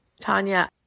Tanya